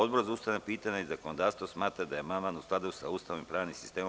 Odbor za ustavna pitanja i zakonodavstvo smatra da je amandman u skladu sa Ustavom i pravnim sistemom.